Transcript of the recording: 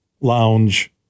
lounge